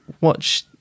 watch